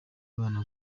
abana